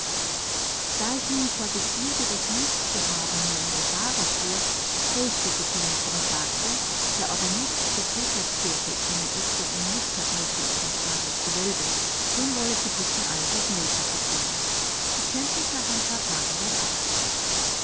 da ich nun vor begierde das lied zu haben mir in die haare fuhr tröstete sie mich und sagte der organist der peterskirche käme öfter um muskatnuß in ihres vaters gewölbe den wolle sie bitten alles auf noten zu bringen ich könnte es nach ein paar tagen dort abholen